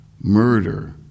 murder